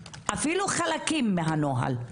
אפילו חלקים מהנוהל.